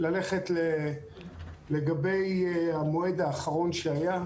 אתייחס לגבי המועד האחרון שהיה.